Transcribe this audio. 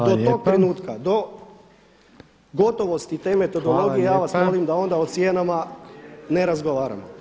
Do tog trenutka, do gotovosti te metodologije ja vas molim da onda o cijenama ne razgovaramo.